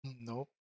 Nope